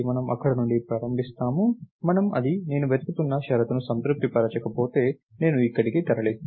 కాబట్టి మనము ఇక్కడ నుండి ప్రారంభిస్తాము మరియు అది నేను వెతుకుతున్న షరతును సంతృప్తి పరచకపోతే నేను ఇక్కడికి తరలిస్తాను